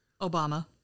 Obama